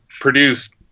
produced